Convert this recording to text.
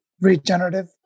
regenerative